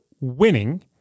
winning